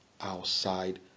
outside